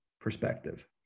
perspective